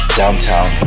downtown